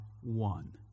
one